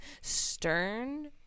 Stern